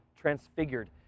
transfigured